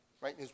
right